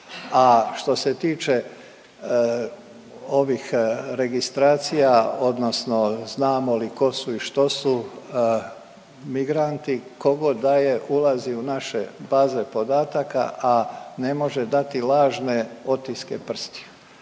što se tiče ovih registracija odnosno znamo li ko su i što su migranti, ko god da je ulazi u naše baze podataka, a ne može dati lažne otiske prstiju,